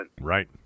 Right